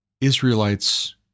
Israelites